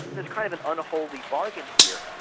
and is kind of an unholy bargain here.